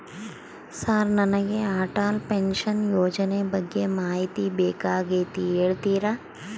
Sir ನನಗೆ Atal pension ಯೋಜನೆ ಬಗ್ಗೆ ಮಾಹಿತಿ ಬೇಕಾಗ್ಯದ ಹೇಳ್ತೇರಾ?